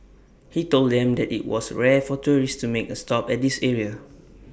he told them that IT was rare for tourists to make A stop at this area